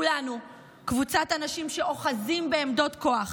כולנו, קבוצת אנשים שאוחזים בעמדות כוח,